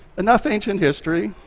enough ancient history.